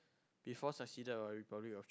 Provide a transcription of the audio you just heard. before succeeded got republic of China